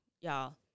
y'all